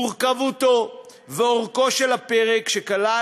מורכבותו ואורכו של הפרק שכלל,